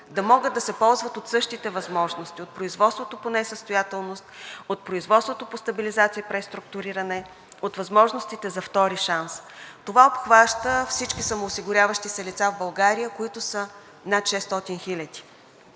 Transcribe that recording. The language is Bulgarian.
да могат да се ползват от същите възможности – от производството по несъстоятелност, от производството по стабилизация и преструктуриране, от възможностите за втори шанс. Това обхваща всички самоосигуряващи се лица в България, които са над 600